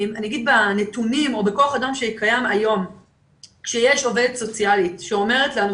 בנתונים בכוח האדם שקיים היום כשיש עובדת סוציאלית שאומרת לנו,